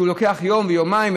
שלוקח יום-יומיים,